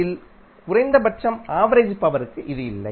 யில் குறைந்தபட்சம் ஆவரேஜ் பவர்க்கு இது இல்லை